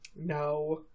No